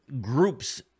groups